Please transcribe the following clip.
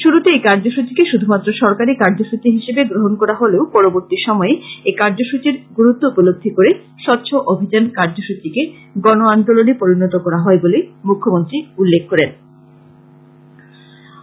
শুরুতে এই কার্যসূচীকে শুধুমাত্র সরকারী কার্যসূচী হিসেবে গ্রহণ করা হলেও পরবর্তী সময়ে এই কার্যসূচীর গুরুত্ব উপলদ্ধি করে স্বচ্ছ অভিযান কার্যসূচীকে গণ আন্দোলনে পরিনত করা হয় বলে মুখ্যমন্ত্রী উল্লেখ করেন